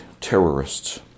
terrorists